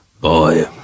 Boy